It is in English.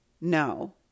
no